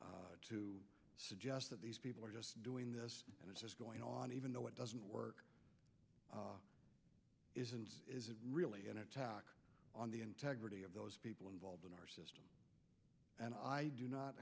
suggest to suggest that these people are just doing this and it's just going on even though it doesn't work is really an attack on the integrity of those people involved in our system and i do not